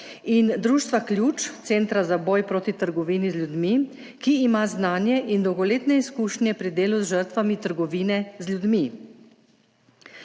in Društva Ključ – centra za boj proti trgovini z ljudmi, ki ima znanje in dolgoletne izkušnje pri delu z žrtvami trgovine z ljudmi.